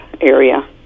area